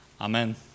Amen